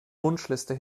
wunschliste